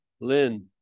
Lynn